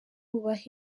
bubaha